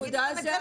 צרך להגיד את זה